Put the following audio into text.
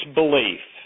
belief